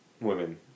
women